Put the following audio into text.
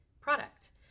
product